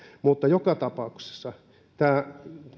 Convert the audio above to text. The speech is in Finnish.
mutta joka tapauksessa tämä